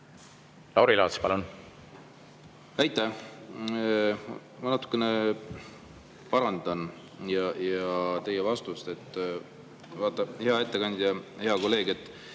Lauri Laats, palun! Aitäh! Ma natukene parandan teie vastust. Hea ettekandja, hea kolleeg,